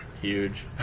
huge